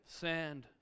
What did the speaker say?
Sand